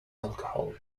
alcohol